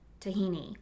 tahini